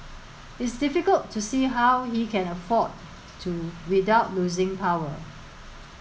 it's difficult to see how he can afford to without losing power